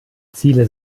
ziele